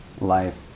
life